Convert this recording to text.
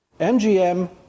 MGM